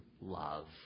love